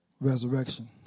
resurrection